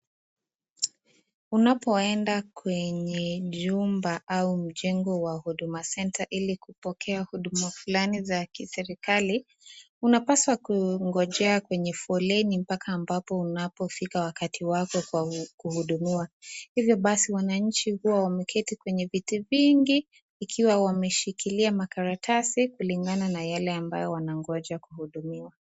Unapoenda kwenye jumba au mjengo wa huduma center ilikupokea huduma fulani za kiserekali. Unapaswa kungojea kwenye foleni mpaka ambapo unafikiwa wakati wako wa kuhudumiwa. Hivyo basi wananchi huwa wameketi kwenye viti vingi ikiwa wameshikilia makaratasi kulingana na yale ambayo wanangoja kuhudumiwa.